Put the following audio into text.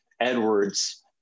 Edwards